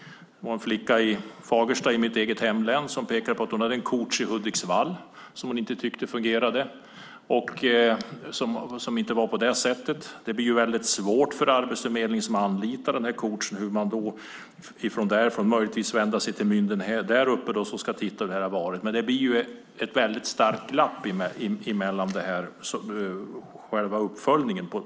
En flicka i Fagersta, i mitt hemlän, pekade på att hon hade en coach i Hudiksvall, som hon inte tyckte fungerade. Det är svårt för Arbetsförmedlingen som har anlitat den coachen att få reda på hur det har fungerat. Det blir ju ett starkt glapp mellan verksamheten och uppföljningen.